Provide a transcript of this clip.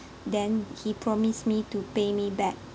then he promised me to pay me back